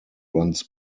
runs